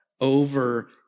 over